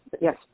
Yes